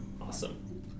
Awesome